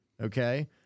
Okay